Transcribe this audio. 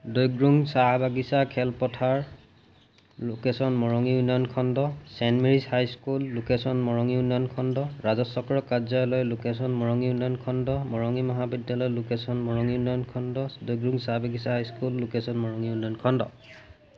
দৈগ্ৰোং চাহ বাগিচা খেলপথাৰ লোকেশ্যন মৰঙি উন্নয়ন খণ্ড saint Mary's high school location Morangi উন্নয়ন খণ্ড ৰাজহচক্ৰ কাৰ্যালয় লোকেশ্যন মৰঙি উন্নয়ন খণ্ড মৰঙি মহাবিদ্যালয় লোকেশ্যন মৰঙি উন্নয়ন খণ্ড দৈগ্ৰোং চাহ বাগিচা লোকেশ্যন মৰঙি উন্নয়ন খণ্ড